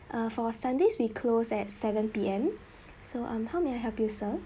err for sunday we close at seven P_M so um how may I help you sir